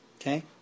Okay